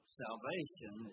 salvation